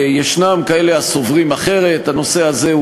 הסיכוי ש-80 חברי כנסת ייתנו גיבוי להחלטה מן הסוג הזה הוא